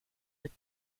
mit